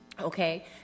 Okay